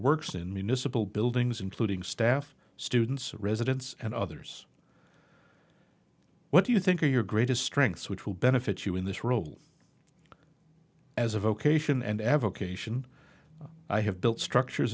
works in municipal buildings including staff students residents and others what do you think are your greatest strengths which will benefit you in this role as a vocation and avocation i have built structures